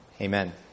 Amen